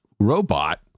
robot